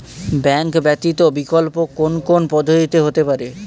Bank ব্যতীত বিকল্প কোন কোন পদ্ধতিতে হতে পারে?